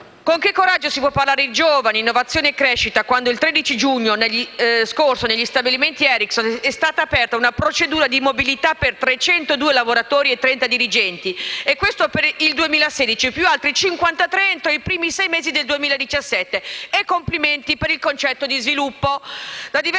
Con che coraggio si può parlare di giovani, innovazione e crescita, quando il 13 giugno scorso, negli stabilimenti Ericsson, è stata aperta una procedura di mobilità per 302 lavoratori e 30 dirigenti? E questo per il 2016, più altri 53 entro i primi sei mesi del 2017. Complimenti per il concetto di sviluppo! Da diversi anni